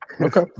Okay